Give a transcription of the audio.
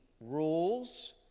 rules